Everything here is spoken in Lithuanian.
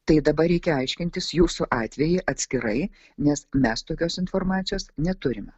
tai dabar reikia aiškintis jūsų atvejį atskirai nes mes tokios informacijos neturime